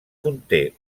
conté